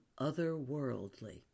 otherworldly